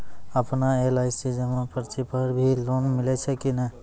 आपन एल.आई.सी जमा पर्ची पर भी लोन मिलै छै कि नै?